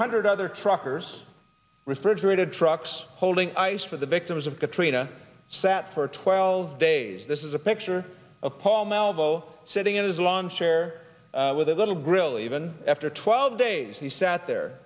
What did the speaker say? hundred other truckers refrigerated trucks holding ice for the victims of katrina sat for twelve days this is a picture of paul malveaux sitting in his lawn chair with a little grill even after twelve days he sat there